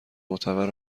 معتبر